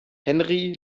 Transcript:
henry